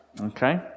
Okay